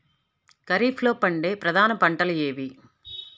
ఖరీఫ్లో పండే ప్రధాన పంటలు ఏవి?